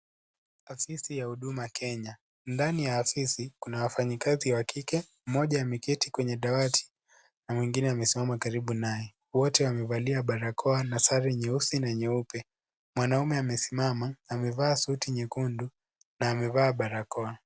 Asisi ya huduma Kenya. Ndani ya asisi kuna wafanyikazi wa kike, mmoja ameketi kwenye dawati, na mwingine amesimama karibu naye. Wote waevalia barakoa na sare nyeusi na nyeupe. Mwanaume amesimama, amevaa suti nyekundu na amevaa barakoa.